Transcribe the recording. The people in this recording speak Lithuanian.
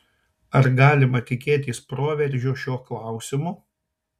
ar galima tikėtis proveržio šiuo klausimu